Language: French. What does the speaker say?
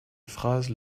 phrases